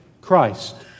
Christ